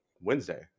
wednesday